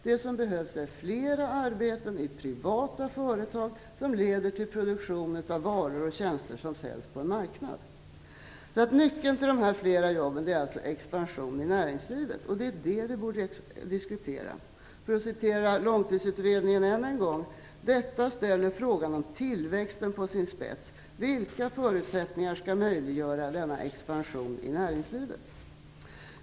Det som behövs är fler arbeten i privata företag, som leder till produktion av varor och tjänster som säljs på en marknad. Nyckeln till fler jobb är alltså expansion i näringslivet. Det är det vi borde diskutera. För att än en gång citera Långtidsutredningen: "Detta ställer frågan om tillväxten på sin spets: vilka förutsättningar ska möjliggöra denna expansion i näringslivet?"